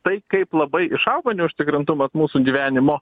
tai kaip labai išaugo neužtikrintumas mūsų gyvenimo